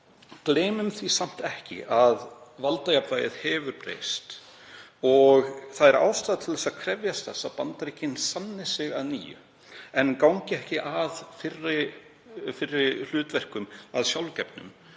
Gleymum því samt ekki að valdajafnvægið hefur breyst. Það er ástæða til að krefjast þess að Bandaríkin sanni sig að nýju en gangi ekki að fyrri hlutverkum sem sjálfgefnum.